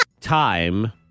Time